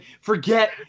forget